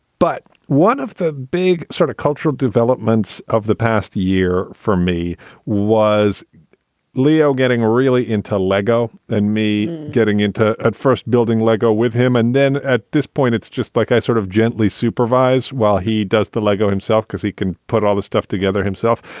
but one of the big sort of cultural developments of the past year for me was leo getting really into lego and me getting into the first building lego with him. and then at this point it's just like i sort of gently supervise while he does the lego himself because he can put all this stuff together himself.